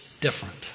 different